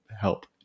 help